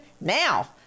now